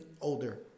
older